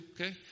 okay